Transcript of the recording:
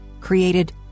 created